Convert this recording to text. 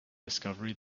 discovery